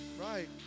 right